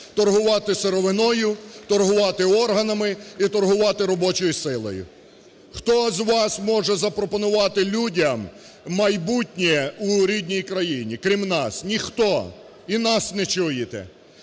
торгувати сировиною, торгувати органами і торгувати робочою силою. Хто з вас може запропонувати людям майбутнє у рідній країні крім нас? Ніхто. І нас не чуєте.